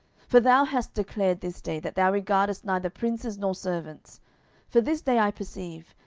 for thou hast declared this day, that thou regardest neither princes nor servants for this day i perceive,